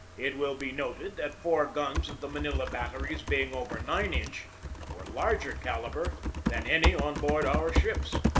it will be noted that four guns of the manila bat teries being over nine inch were larger calibre than any on board our ships.